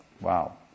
wow